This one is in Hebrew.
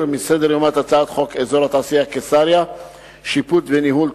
מסדר-יומה את הצעת חוק אזור התעשייה קיסריה (שיפוט וניהול),